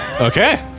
Okay